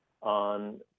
on